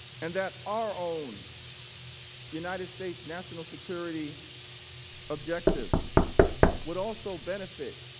and that our own united states national security objectives would also benefit